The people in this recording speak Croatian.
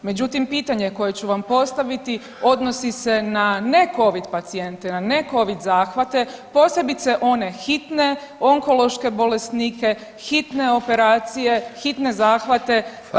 Međutim pitanje koje ću vam postaviti odnosi se na necovid pacijente, na necovid zahvate, posebice one hitne, onkološke bolesnike, hitne operacije, hitne zahvate,